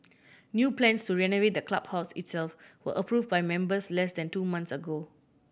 new plans to renovate the clubhouse itself were approve by members less than two months ago